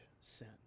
sin